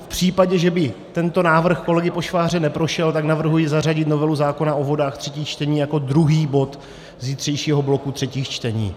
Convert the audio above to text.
V případě, že by tento návrh kolegy Pošváře neprošel, tak navrhuji zařadit novelu zákona o vodách, třetí čtení, jako druhý bod zítřejšího bloku třetích čtení.